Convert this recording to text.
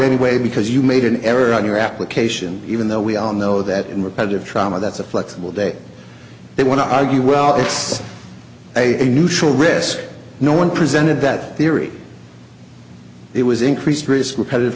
anyway because you made an error on your application even though we all know that and repetitive trauma that's a flexible day they want to argue well it's a neutral risk no one presented that theory it was increased risk repetitive